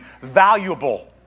valuable